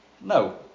no